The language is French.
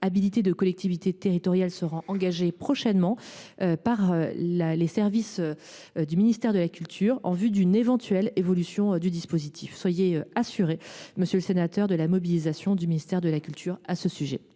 habilités de collectivités territoriales sera engagée prochainement par les services du ministère de la culture en vue d’une éventuelle évolution du dispositif. Soyez assuré de la mobilisation du ministère de la culture sur le sujet,